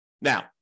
Now